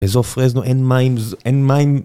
באזור פרזנו, אין מים זו... אין מים.